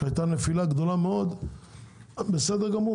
שהייתה נפילה גדולה מאוד בסדר גמור,